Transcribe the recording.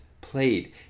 played